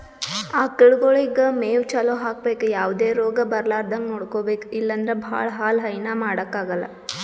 ಆಕಳಗೊಳಿಗ್ ಮೇವ್ ಚಲೋ ಹಾಕ್ಬೇಕ್ ಯಾವದೇ ರೋಗ್ ಬರಲಾರದಂಗ್ ನೋಡ್ಕೊಬೆಕ್ ಇಲ್ಲಂದ್ರ ಭಾಳ ಹಾಲ್ ಹೈನಾ ಮಾಡಕ್ಕಾಗಲ್